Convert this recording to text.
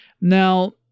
Now